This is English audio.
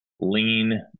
lean